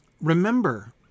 Remember